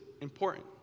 important